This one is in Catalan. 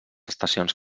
estacions